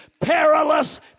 perilous